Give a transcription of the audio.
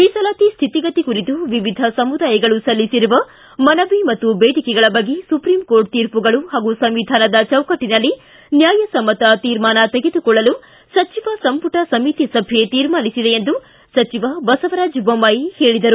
ಮೀಸಲಾತಿ ಸ್ಥಿತಿಗತಿ ಕುರಿತು ವಿವಿಧ ಸಮುದಾಯಗಳು ಸಲ್ಲಿಸಿರುವ ಮನವಿ ಮತ್ತು ದೇಡಿಕೆಗಳ ಬಗ್ಗೆ ಸುಪ್ರೀಂ ಕೋರ್ಟ್ ತೀರ್ಮಗಳು ಹಾಗೂ ಸಂವಿಧಾನದ ಚೌಕಟ್ಟನಲ್ಲಿ ನ್ಯಾಯ ಸಮ್ನತ ತೀರ್ಮಾನ ತೆಗೆದುಕೊಳ್ಳಲು ಸಚಿವ ಸಂಪುಟ ಸಮಿತಿ ಸಭೆ ತೀರ್ಮಾನಿಸಿದೆ ಎಂದು ಸಚಿವ ಬಸವರಾಜ್ ಬೊಮ್ಬಾಯಿ ಹೇಳಿದರು